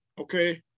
okay